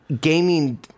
gaming